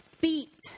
beat